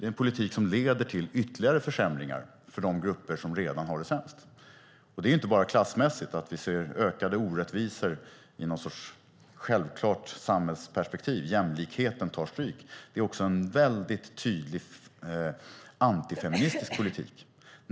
Det är en politik som leder till ytterligare försämringar för de grupper som redan har det sämst. Det är inte bara klassmässigt, att vi ser ökade orättvisor i någon sorts självklart samhällsperspektiv och att jämlikheten tar stryk. Det är också en väldigt tydlig antifeministisk politik.